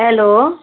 hello